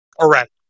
Correct